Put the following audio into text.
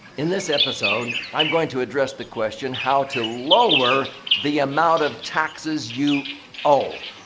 in this episode, i'm going to address the question how to lower the amount of taxes you owe?